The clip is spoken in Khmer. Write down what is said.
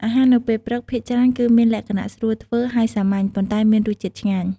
អាហារនៅពេលព្រឹកភាគច្រើន គឺមានលក្ខណៈ ស្រួលធ្វើ ហើយសាមញ្ញ ប៉ុន្តែមានរសជាតិឆ្ងាញ់។